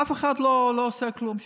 אף אחד לא עושה כלום שם.